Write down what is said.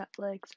Netflix